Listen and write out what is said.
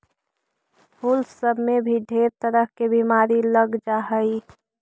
फूल सब में भी ढेर तरह के बीमारी लग जा हई